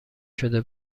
شده